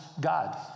God